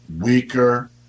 weaker